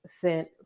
sent